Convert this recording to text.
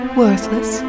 worthless